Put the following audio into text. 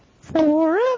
Forever